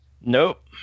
Nope